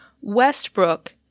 Westbrook